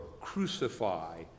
crucify